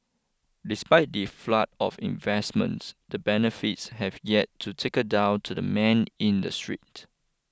despite the flood of investments the benefits have yet to trickle down to the man in the street